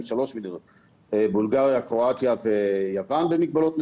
קרואטיה ויוון במגבלות מסוימות.